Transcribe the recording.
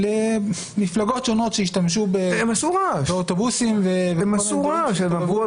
מפלגות שונות שהשתמשו באוטובוסים --- הם עשו רעש.